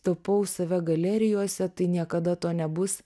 tapau save galerijose tai niekada to nebus